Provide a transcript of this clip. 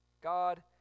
God